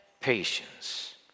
patience